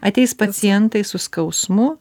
ateis pacientai su skausmu